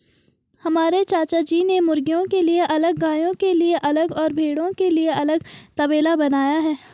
हमारे चाचाजी ने मुर्गियों के लिए अलग गायों के लिए अलग और भेड़ों के लिए अलग तबेला बनाया है